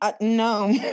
no